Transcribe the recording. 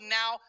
now